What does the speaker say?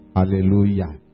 Hallelujah